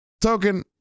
Token